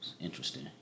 interesting